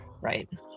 Right